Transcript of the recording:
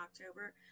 October